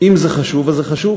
אם זה חשוב אז זה חשוב.